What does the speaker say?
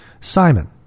Simon